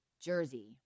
Jersey